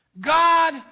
God